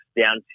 down